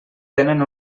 tenen